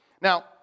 Now